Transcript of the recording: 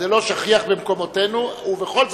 חבר הכנסת אקוניס, פעם שר,